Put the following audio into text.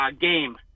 game